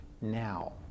now